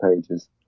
pages